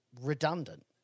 redundant